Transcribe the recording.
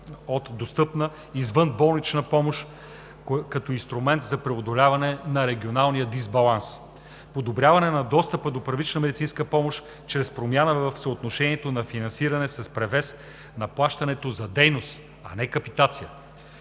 от достъпна извънболнична помощ като инструмент за преодоляване на регионалния дисбаланс; - подобряване на достъпа до първична медицинска помощ чрез промяна в съотношението на финансиране, с превес на плащането за дейност, а не капитация;